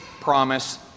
promise